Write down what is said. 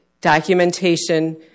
documentation